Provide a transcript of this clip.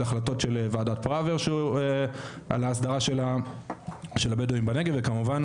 החלטות של ועדת פראוור על ההסדרה של הבדואים בנגב וכמובן